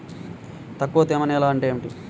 తక్కువ తేమ నేల అంటే ఏమిటి?